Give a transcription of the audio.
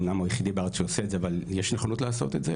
אמנם הוא היחידי בארץ שעושה את זה אבל יש לו נכונות לעשות את זה,